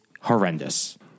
horrendous